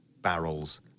barrels